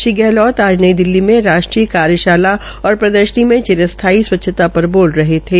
श्री गहलोत आज नई दिल्ली में राष्ट्रीय कार्यशाला और प्रदर्शनी में चिरस्थायी स्वच्छतर पर बोल रहे थे